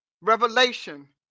revelation